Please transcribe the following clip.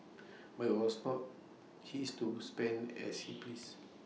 but IT was not his to spend as he pleased